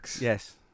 Yes